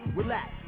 Relax